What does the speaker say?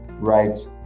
right